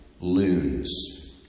loons